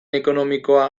ekonomikoa